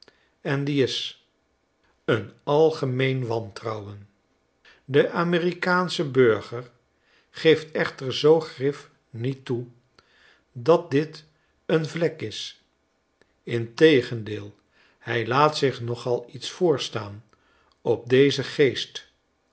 en die is een algemeen wantrouwen de amerikaansche burger geeft echter zoo grif niet toe dat dit een vlek is integendeel hij laat zich nogal iets voorstaan op dezen geest